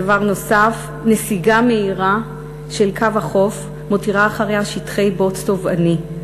דבר נוסף: נסיגה מהירה של קו החוף מותירה אחריה שטחי בוץ טובעני.